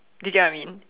did you get what I mean